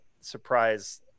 surprise